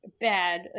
bad